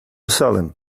salem